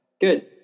good